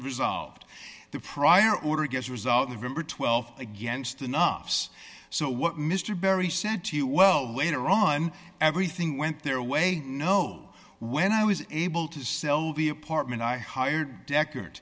resolved the prior order gets result remember twelve against enough's so what mr barry said to you well way to run everything went their way no when i was able to sell the apartment i hired decker